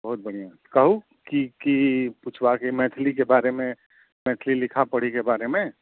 बहुत बढ़िआँ कहू की की पुछबाके अइ मैथिलीके बारेमे मैथिली लिखा पढ़ीके बारेमे